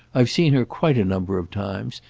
i've seen her quite a number of times,